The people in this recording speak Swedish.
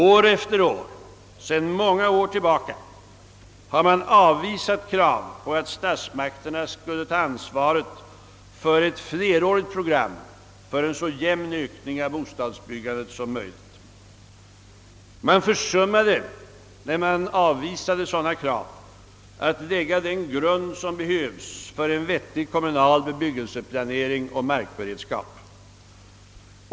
År efter år, sedan lång tid tillbaka, har man avvisat krav på att statsmakterna skulle ta ansvaret för ett flerårigt program för en så jämn ökning av bostadsbyggandet som möjligt. Man försummade, när man avvisade sådana krav, att lägga den grund som behövs för en vettig kommunal bebyggelseplanering och markberedskap.